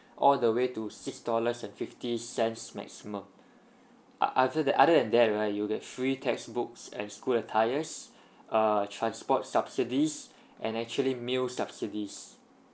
all the way to six dollars and fifty cents maximum ugh other than other than that right you'll get free textbooks and school attires uh transport subsidies and actually meal subsidies